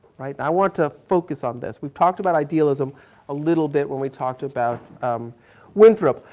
right. i want to focus on this. we've talked about idealism a little bit when we talked about um winthrop.